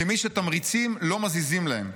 כמי שתמריצים לא מזיזים להם.